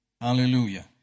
Hallelujah